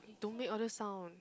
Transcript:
don't make all the sound